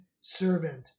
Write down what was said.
Servant